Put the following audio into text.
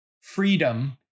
freedom